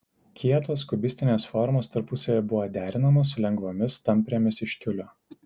kietos kubistinės formos tarpusavyje buvo derinamos su lengvomis tamprėmis iš tiulio